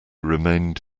remained